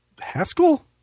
Haskell